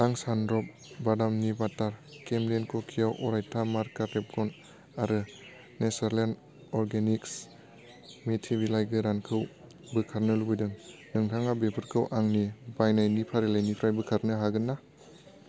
आं सान्द्रप बादामनि बाटार केमलिन क'किय' अरायथा मार्कार रेबगन आरो नेचारलेण्ड अर्गेनिक्स मेथि बिलाइ गोरानखौ बोखारनो लुबैदों नोंथाङा बेफोरखौ आंनि बायनायनि फारिलाइनिफ्राय बोखारनो हागोन नामा